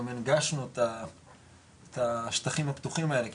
גם הנגשנו את השטחים הפתוחים האלה כי